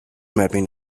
mapping